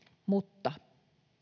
mutta